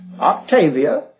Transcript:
Octavia